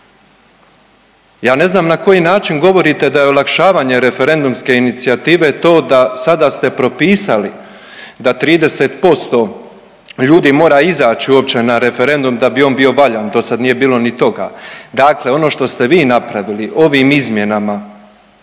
Ja ne znam na koji način govorite da je olakšavanje referendumske inicijative to da sada ste propisali da 30% ljudi mora izaći uopće na referendum da bi on bio valjan, do sad nije bilo ni toga. Dakle ono što ste vi napravili ovim izmjenama